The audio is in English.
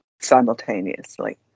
simultaneously